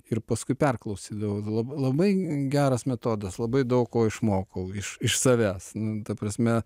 ir paskui perklausydavau lab labai geras metodas labai daug ko išmokau iš iš savęs nu ta prasme